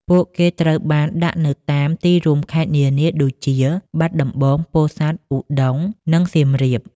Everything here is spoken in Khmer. ពួកគេត្រូវបានដាក់នៅតាមទីរួមខេត្តនានាដូចជាបាត់ដំបង ពោធិ៍សាត់ ឧដុង្គ និងសៀមរាប។